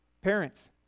Parents